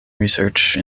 research